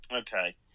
Okay